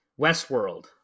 Westworld